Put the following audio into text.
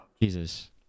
Jesus